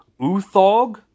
Uthog